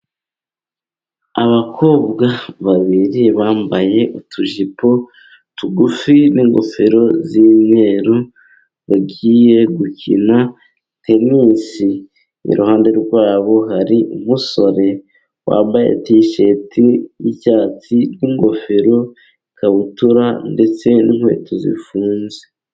Abakobwa babiri bambaye utujipo tugufi, n'ingofero z'umweru. Bagiye gukina tenisi. Iruhande rwabo hari umusore wambaye tisheti y'icyatsi n'ingofero, ikabutura ndetse n'inkweto zifunze.